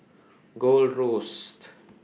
Gold Roast